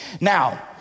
Now